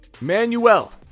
Manuel